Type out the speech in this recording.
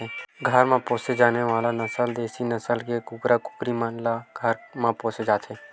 घर म पोसे जाने वाले नसल देसी नसल के कुकरा कुकरी मन ल घर म पोसे जाथे